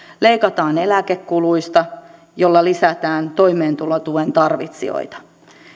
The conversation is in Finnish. leikataan eläkekuluista millä lisätään toimeentulotuen tarvitsijoita